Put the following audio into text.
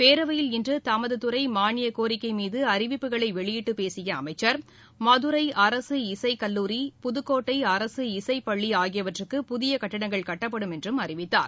பேரவையில் இன்றுதமதுதுறைமானியக்கோரிக்கைமீதுஅறிவிப்புகளைவெயிட்டுபேசியஅமைச்சர் மதுரைஅரசு இசைகல்லூரி புதுக்கோட்டைஅரசு இசைபள்ளிஆகியவற்றுக்கு புதியகட்டங்கள் கட்டப்படும் என்றும் அறிவித்தார்